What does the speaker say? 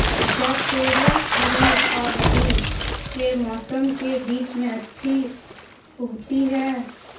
क्या तोरियां खरीफ और रबी के मौसम के बीच में अच्छी उगती हैं?